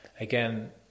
again